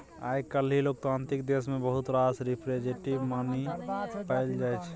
आइ काल्हि लोकतांत्रिक देश मे बहुत रास रिप्रजेंटेटिव मनी पाएल जाइ छै